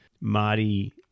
Marty